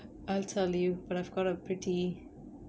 I'll tell you but I've got a pretty